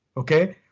okay?